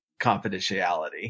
confidentiality